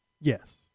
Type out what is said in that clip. Yes